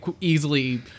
easily